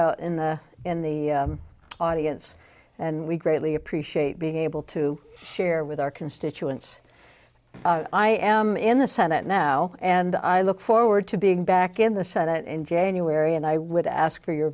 out in the in the audience and we greatly appreciate being able to share with our constituents i am in the senate now and i look forward to being back in the senate in january and i would ask for your